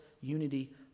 unity